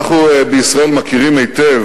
אנחנו בישראל מכירים היטב